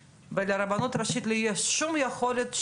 ולרבנות הראשית לא תהיה שום יכולת,